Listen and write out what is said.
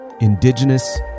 indigenous